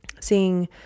seeing